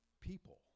people